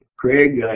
craig.